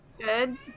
Good